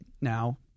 Now